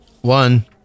One